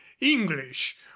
english